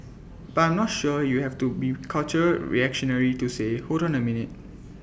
but I'm not sure you have to be cultural reactionary to say hold on A minute